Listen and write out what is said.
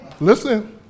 listen